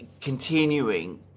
continuing